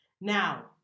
Now